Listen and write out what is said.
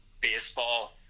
baseball